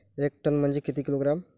एक टन म्हनजे किती किलोग्रॅम?